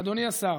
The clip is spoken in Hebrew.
אדוני השר,